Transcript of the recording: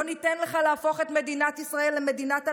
לא ניתן לך להפוך את מדינת ישראל למדינת הלכה,